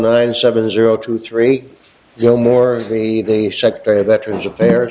nine seven zero two three zero more the secretary of veterans affairs